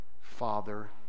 Father